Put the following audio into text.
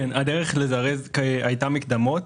הדרך לזרז הייתה מקדמות.